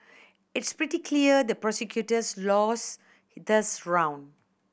it's pretty clear the prosecutors lost this round